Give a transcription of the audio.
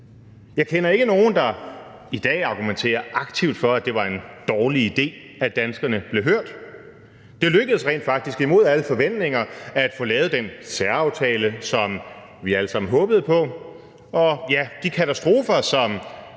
Jeg kender ikke nogen, der i dag argumenterer aktivt for, at det var en dårlig idé, at danskerne blev hørt. Det lykkedes rent faktisk imod alle forventninger at få lavet den særaftale, som vi alle sammen håbede på, og ja, de katastrofer, som